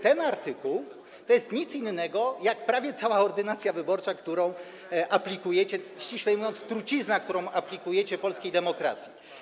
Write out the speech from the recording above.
Ten artykuł to jest nic innego jak prawie cała ordynacja wyborcza, którą aplikujecie... ściślej mówiąc, trucizna, którą aplikujecie polskiej demokracji.